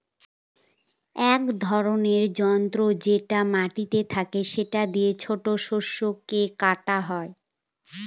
এক ধরনের যন্ত্র যেটা মাটিতে থাকে সেটা দিয়ে ছোট শস্যকে কাটা হয়